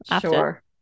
Sure